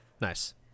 nice